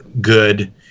good